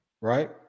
right